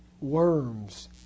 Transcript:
worms